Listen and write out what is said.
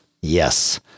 Yes